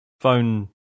phone